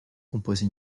composer